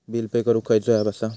Bill pay करूक खैचो app असा?